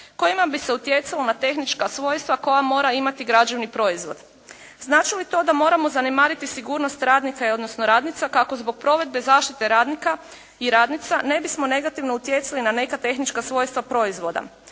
kojima bi se utjecalo na tehnička svojstva koja mora imati građevni proizvod. Znači li to da moramo zanemariti sigurnost radnika, odnosno radnica kako zbog provedbe zaštite radnika i radnica ne bismo negativno utjecali na neka tehnička svojstva proizvoda.